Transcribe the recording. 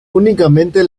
únicamente